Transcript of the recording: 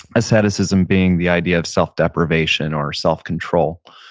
asceticism being the idea of self-deprivation or self-control.